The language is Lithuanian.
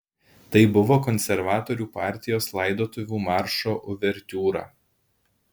tai buvo konservatorių partijos laidotuvių maršo uvertiūra